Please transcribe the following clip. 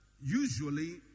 usually